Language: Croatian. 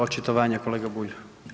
Očitovanje kolega Bulj.